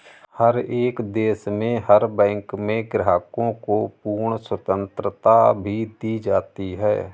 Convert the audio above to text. हर एक देश में हर बैंक में ग्राहकों को पूर्ण स्वतन्त्रता भी दी जाती है